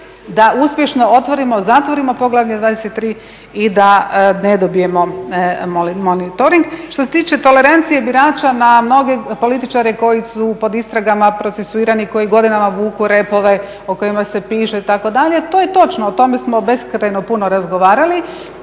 da uspješno otvorimo, zatvorimo poglavlje 23 i da ne dobijemo monitoring. Što se tiče tolerancije birača na mnoge političare koji su pod istragama procesuirani, koji godinama vuku repove o kojima se piše itd., to je točno, o tome smo beskrajno puno razgovarali